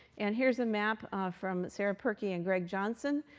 and here's a map um from sarah purkey and greg johnson.